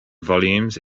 volumes